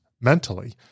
mentally